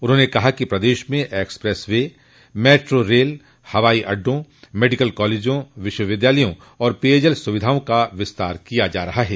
उन्होंने कहा कि प्रदेश में एक्सप्रेस वे मेट्रो रेल हवाई अड्डों मेडिकल कॉलेजों विश्वविद्यालयों और पेयजल सुविधाओं का विस्तार किया जा रहा है